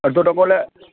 અડધો ટકો એટલે